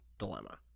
dilemma